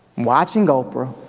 watching oprah,